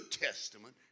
Testament